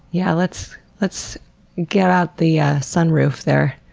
yeah let's let's get out the yeah sunroof there.